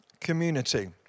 community